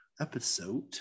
episode